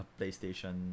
PlayStation